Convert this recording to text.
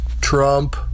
Trump